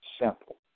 simple